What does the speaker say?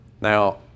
Now